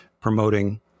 promoting